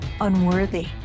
unworthy